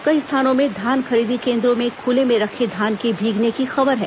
कई स्थानों में धान खरीदी केंद्रों में खुले में रखे धान के भीगने की खबर है